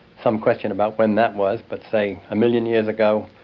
some question about when that was, but say a million years ago,